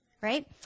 Right